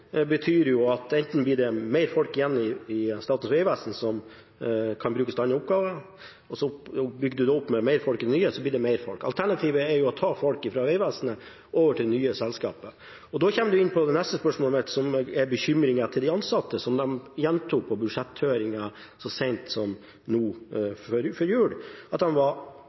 betyr at det blir flere folk igjen i Statens vegvesen som kan brukes til andre oppgaver. Så bygger en opp med flere folk i det nye selskapet, og så blir det flere folk totalt. Alternativet er å ta folk fra Vegvesenet over til det nye selskapet. Da kommer en inn på det neste spørsmålet mitt, som gjelder bekymringen hos de ansatte, som de gjentok i budsjetthøringen så sent som før jul. De var bekymret for at